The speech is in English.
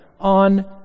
on